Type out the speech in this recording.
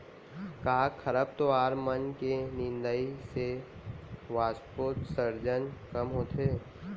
का खरपतवार मन के निंदाई से वाष्पोत्सर्जन कम होथे?